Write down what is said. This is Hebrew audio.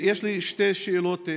יש לי שתי שאלות.